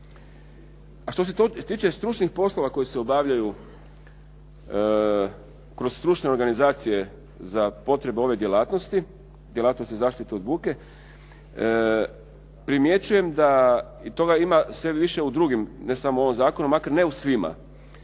A što se tiče stručnih poslova koji se obavljaju kroz stručne organizacije za potrebe ove djelatnosti, djelatnosti zaštite od buke, primjećujem da i toga ima sve više u drugim, ne samo u ovom zakonu, makar ne u svima,